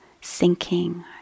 sinking